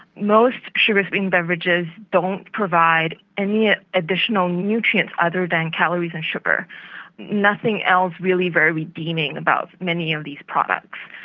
most sugars in beverages don't provide any additional nutrients other than calories and sugar. there's nothing else really very redeeming about many of these products.